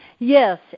Yes